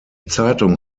zeitung